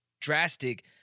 drastic